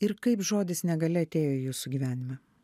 ir kaip žodis negali atėjo į jūsų gyvenimą